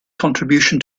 contribution